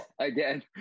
Again